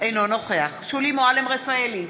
אינו נוכח שולי מועלם-רפאלי,